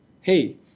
hey